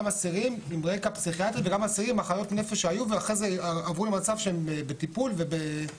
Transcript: גם בית המשפט העליון אישר ואומר: כי אין לי ברירה.